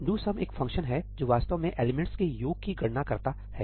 do sum एक function है जो वास्तव में एलिमेंट्स के योग की गणना करता है